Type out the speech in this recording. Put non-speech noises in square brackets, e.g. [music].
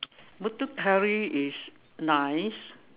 [noise] Muthu curry is nice